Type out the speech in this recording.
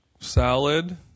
salad